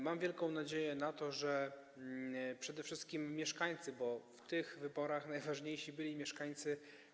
Mam wielką nadzieję, że przede wszystkim mieszkańcy, bo w tych wyborach najważniejsi byli mieszkańcy.